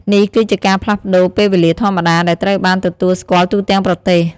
នេះគឺជាការផ្លាស់ប្តូរពេលវេលាធម្មតា ដែលត្រូវបានទទួលស្គាល់ទូទាំងប្រទេស។